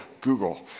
Google